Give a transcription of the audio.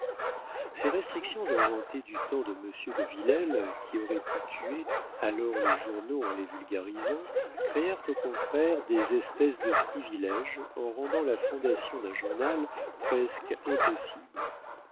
ces restrictions inventées du temps de monsieur de villèle qui aurait pu tuer alors les journaux en les vulgarisant créèrent au contraire des espèces de priviléges en rendant la fondation d'un journal presque impossible